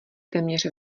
téměř